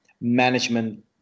management